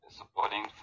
supporting